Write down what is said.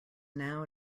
now